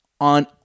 on